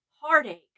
heartache